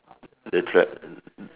the tra~